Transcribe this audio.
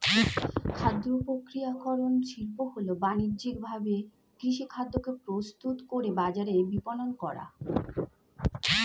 খাদ্যপ্রক্রিয়াকরণ শিল্প হল বানিজ্যিকভাবে কৃষিখাদ্যকে প্রস্তুত করে বাজারে বিপণন করা